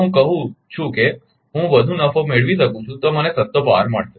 જો હું કહું છું કે હું વધુ નફો મેળવી શકું છું તો મને સસ્તો પાવર મળશે